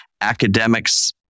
academics